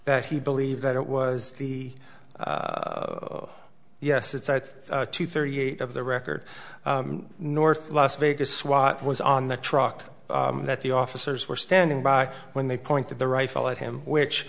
that he believed that it was the yes it's at two thirty eight of the record north las vegas swat was on the truck that the officers were standing by when they pointed the rifle at him which